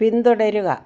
പിന്തുടരുക